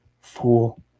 Fool